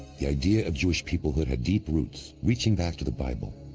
the idea of jewish people that had deep roots, reaching back to the bible.